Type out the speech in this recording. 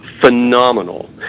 phenomenal